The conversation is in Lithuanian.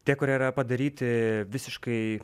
tie kurie yra padaryti visiškai